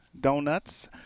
Donuts